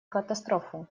катастрофу